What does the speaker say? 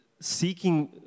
seeking